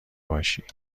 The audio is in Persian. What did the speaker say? باشی